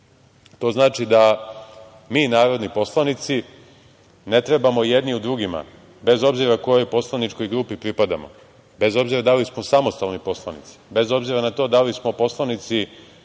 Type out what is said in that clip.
to znači da mi narodni poslanici ne trebamo jedni drugima bez obzira kojoj poslaničkoj grupi pripadamo, bez obzira da li smo samostalni poslanici, bez obzira na to da li smo poslanici